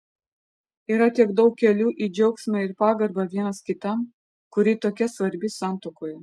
yra tiek daug kelių į džiaugsmą ir pagarbą vienas kitam kuri tokia svarbi santuokoje